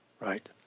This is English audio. Right